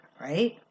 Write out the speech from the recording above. right